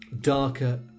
darker